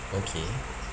okay